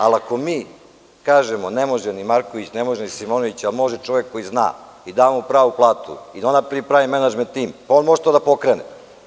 Ali, ako mi kažemo – ne može ni Marković, ne može ni Simonović, ali može čovek koji zna i damo mu pravu platu i da on napravi pravi menadžment tim, on može to da pokrene.